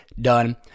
done